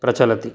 प्रचलति